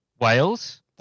Wales